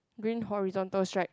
green horizontal stripe